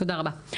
תודה רבה.